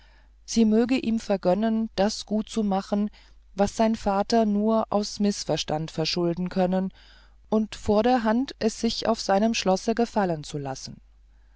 sie möge ihm vergönnen das gutzumachen was sein vater nur aus mißverstand verschulden können und vorderhand es sich auf seinem schlosse gefallen lassen